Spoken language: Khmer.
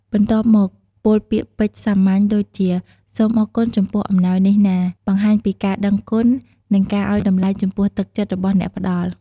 បន្ទាប់មក ពោលពាក្យពេចន៍សាមញ្ញដូចជា “សូមអរគុណចំពោះអំណោយនេះណា!” បង្ហាញពីការដឹងគុណ និងការឲ្យតម្លៃចំពោះទឹកចិត្តរបស់អ្នកផ្ដល់។